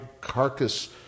carcass